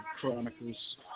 Chronicles